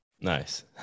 nice